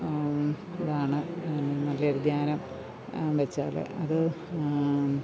ഇതാണ് നല്ലയൊരു ധ്യാനം വച്ചാല് അത്